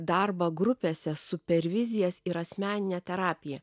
darbą grupėse supervizijas ir asmeninę terapiją